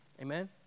Amen